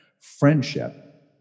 Friendship